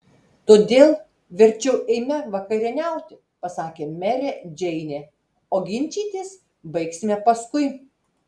todėl verčiau eime vakarieniauti pasakė merė džeinė o ginčytis baigsime paskui